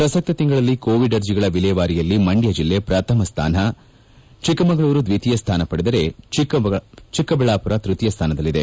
ಪ್ರಸಕ್ತ ತಿಂಗಳಲ್ಲಿ ಕೋವಿಡ್ ಅರ್ಜಿಗಳ ವಿಲೇವಾರಿಯಲ್ಲಿ ಮಂಡ್ಯ ಜಿಲ್ಲೆ ಪ್ರಥಮ ಸ್ಥಾನ ಚಿಕ್ಕಮಗಳೂರು ದ್ವಿತೀಯ ಸ್ಥಾನ ಪಡೆದರೆ ಚಿಕ್ಕಬಳ್ಳಾಪುರ ತ್ಯತೀಯ ಸ್ಟಾನದಲ್ಲಿದೆ